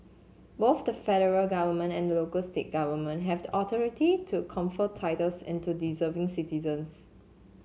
both the federal government and the local state government have the authority to confer titles into deserving citizens